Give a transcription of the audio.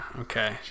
Okay